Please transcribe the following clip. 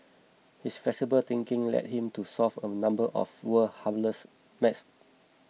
his flexible thinking led him to solve a number of world's hardest math problems